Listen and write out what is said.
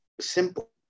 simple